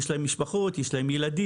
יש להם משפחות, יש להם ילדים,